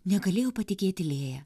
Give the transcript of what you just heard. negalėjo patikėti lėja